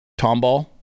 Tomball